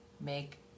make